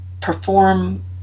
perform